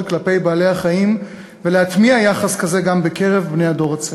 כלפי בעלי-החיים ולהטמיע יחס כזה גם בקרב בני הדור הצעיר.